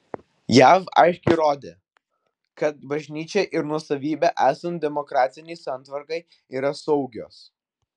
jav aiškiai rodė kad bažnyčia ir nuosavybė esant demokratinei santvarkai yra saugios